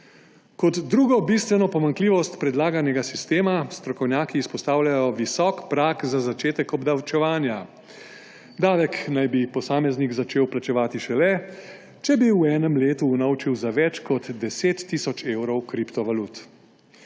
Kot drugo bistveno pomanjkljivost predlaganega sistema strokovnjaki izpostavljajo visok prag za začetek obdavčevanja. Davek naj bi posameznik začel plačevati šele, če bi v enem letu unovčil za več kot 10 tisoč evrov kriptovalut.